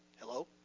Hello